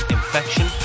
Infection